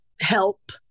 help